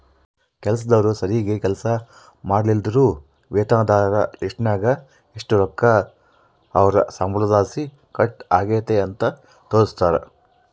ಕೆಲಸ್ದೋರು ಸರೀಗ್ ಕೆಲ್ಸ ಮಾಡ್ಲಿಲ್ಲುದ್ರ ವೇತನದಾರರ ಲಿಸ್ಟ್ನಾಗ ಎಷು ರೊಕ್ಕ ಅವ್ರ್ ಸಂಬಳುದ್ಲಾಸಿ ಕಟ್ ಆಗೆತೆ ಅಂತ ತೋರಿಸ್ತಾರ